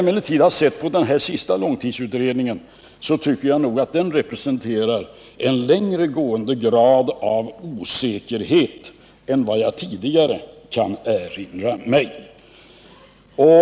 Men när jag ser på den senaste långtidsutredningen tycker jag att den representerar en högre grad av osäkerhet än vad jag kan erinra mig att de tidigare har gjort.